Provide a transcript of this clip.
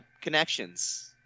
Connections